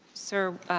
sir,